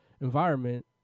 environment